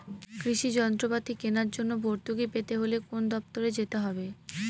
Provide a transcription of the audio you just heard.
কৃষি যন্ত্রপাতি কেনার জন্য ভর্তুকি পেতে হলে কোন দপ্তরে যেতে হবে?